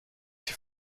die